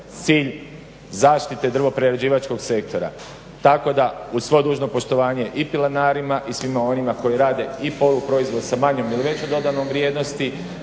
cilj zaštite drvoprerađivačkog sektora, tako da uz svo dužno poštovanje i pilenarima i svima onima koji rade i polu proizvod sa manjom ili većom dodanom vrijednosti